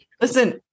Listen